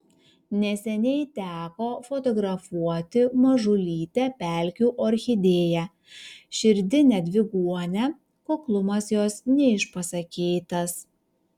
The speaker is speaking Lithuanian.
neseniai teko fotografuoti mažulytę pelkių orchidėją širdinę dviguonę kuklumas jos neišpasakytas